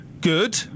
good